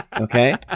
Okay